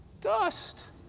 dust